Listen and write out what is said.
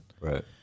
Right